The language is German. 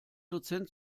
dozent